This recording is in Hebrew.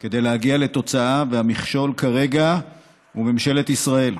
כדי להגיע לתוצאה, והמכשול כרגע הוא ממשלת ישראל.